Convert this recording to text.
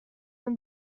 اون